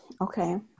okay